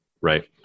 right